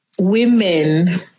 women